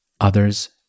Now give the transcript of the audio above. others